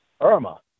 Irma